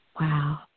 wow